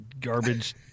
garbage